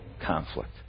conflict